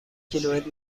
کیلومتر